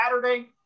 saturday